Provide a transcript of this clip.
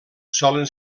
solen